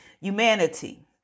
humanity